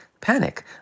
panic